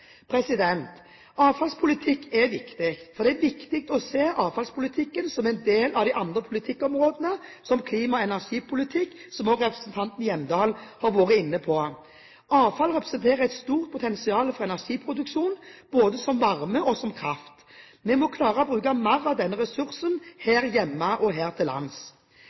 er viktig. Det er viktig å se avfallspolitikken som en del av andre politikkområder, som klima- og energipolitikk – som også representanten Hjemdal har vært inne på. Avfall representerer et stort potensial for energiproduksjon både som varme og som kraft. Vi må klare å bruke mer av denne ressursen hjemme og her til lands.